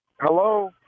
Hello